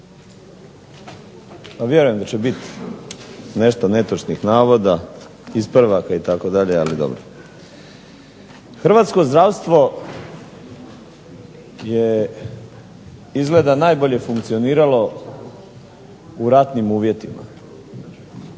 Hrvatsko zdravstvo je izgleda najbolje funkcioniralo u ratnim uvjetima.